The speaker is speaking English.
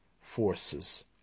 forces